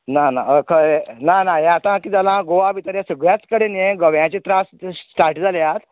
ना ना ह कळ्ळें ना ना ये आता किद जाला गोवा भितर ये सगळयाच कडेन हे गोव्याचे त्रास ये स्टार्ट जाल्या